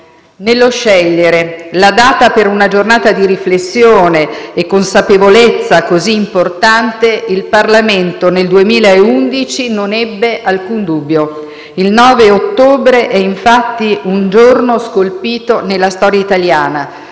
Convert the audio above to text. Nello scegliere la data per una giornata di riflessione e consapevolezza così importante, il Parlamento nel 2011 non ebbe alcun dubbio: il 9 ottobre è infatti un giorno scolpito nella storia italiana.